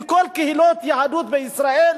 מכל קהילות היהדות בישראל,